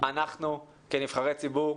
אנחנו כנבחרי ציבור,